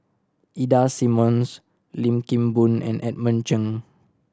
Ida Simmons Lim Kim Boon and Edmund Cheng